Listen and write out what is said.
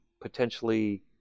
potentially